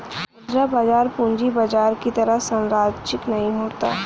मुद्रा बाजार पूंजी बाजार की तरह सरंचिक नहीं होता